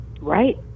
right